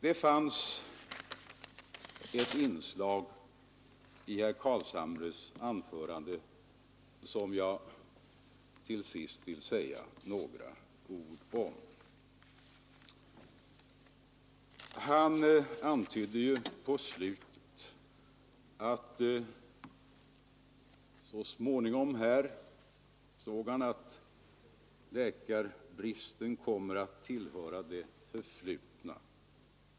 Det fanns ett inslag i herr Carlshamres anförande som jag till sist vill säga några ord om. Han antydde på slutet av sitt anförande att han ansåg att läkarbristen så småningom kommer att tillhöra det förflutna.